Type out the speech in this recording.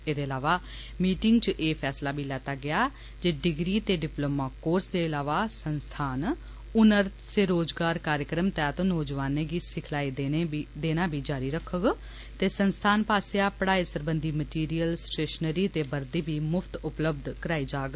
एह फैसला बी लेता गेआ जे डिग्री डिप्लोमा कोर्स दे इलावा संस्थान हुनर से रोजगार कार्यक्रम तैहत नौजवानें गी सिखलाई देना बी जारी रखोग ते संस्थान पास्सेआ पढ़ाई सरबंधी मटिरियल स्टेशनरी ते वर्दी बी मुफ्त उपलब्ध कराई जाग